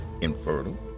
infertile